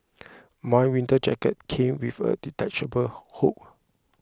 my winter jacket came with a detachable hood